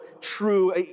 true